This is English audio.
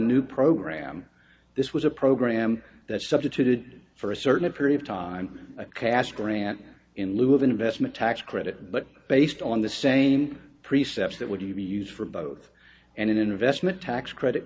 new program this was a program that substituted for a certain period of time a cash grant in lieu of an investment tax credit but based on the same precepts that would you use for both and an investment tax credit